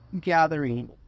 gathering